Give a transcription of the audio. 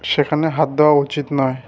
সেখানে হাত দেওয়া উচিত নয়